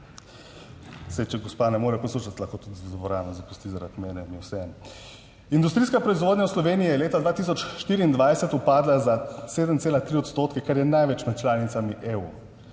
Saj če gospa ne more poslušati, lahko tudi dvorano zapusti zaradi mene, mi je vseeno. Industrijska proizvodnja v Sloveniji je leta 2024 upadla za 7,3 odstotke, kar je največ med članicami EU.